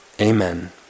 amen